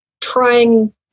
trying